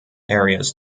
areas